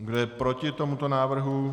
Kdo je proti tomuto návrhu?